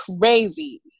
crazy